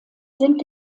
sind